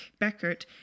Beckert